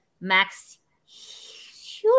Max